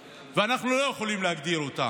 הם נרצחו, ואנחנו לא יכולים להגדיר אותם.